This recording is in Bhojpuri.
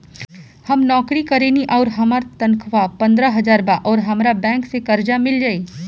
हम नौकरी करेनी आउर हमार तनख़ाह पंद्रह हज़ार बा और हमरा बैंक से कर्जा मिल जायी?